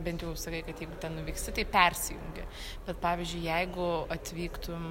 bent jau sakei kad jeigu ten nuvyksi tai persijungi bet pavyzdžiui jeigu atvyktum